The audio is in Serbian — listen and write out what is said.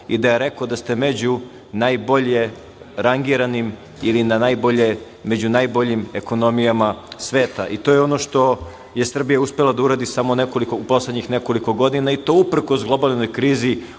i da je rekao da ste među najbolje rangiranim ili među najboljim ekonomijama sveta. To je ono što je Srbija uspela da uradi samo u poslednjih nekoliko godina i to uprkos globalnoj krizi uprkos